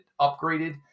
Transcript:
upgraded